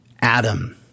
Adam